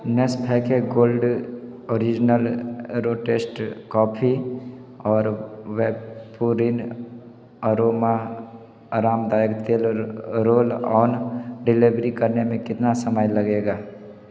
Nescafe gold original roast coffee और वेपूरिन aroma आरामदायक तेल रोल ऑन डिलीवरी करने में कितना समय लगेगा